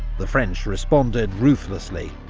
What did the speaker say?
the french responded ruthlessly,